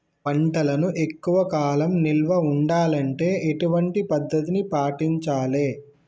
పంటలను ఎక్కువ కాలం నిల్వ ఉండాలంటే ఎటువంటి పద్ధతిని పాటించాలే?